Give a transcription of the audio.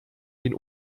den